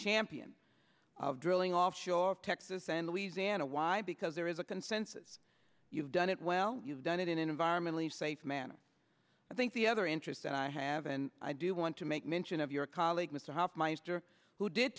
champion of drilling offshore of texas and louisiana why because there is a consensus you've done it well you've done it in an environmentally safe manner i think the other interest and i have and i do want to make mention of your colleague mr hofmeister who did